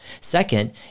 Second